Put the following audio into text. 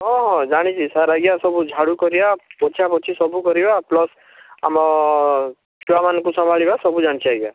ହଁ ହଁ ଜାଣିଛି ସାର୍ ଆଜ୍ଞା ସବୁ ଝାଡ଼ୁ କରିବା ପୋଛାପୋଛି ସବୁ କରିବା ପ୍ଲସ୍ ଆମ ଛୁଆମାନଙ୍କୁ ସମ୍ଭାଳିବା ସବୁ ଜାଣିଛି ଆଜ୍ଞା